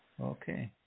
Okay